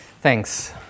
Thanks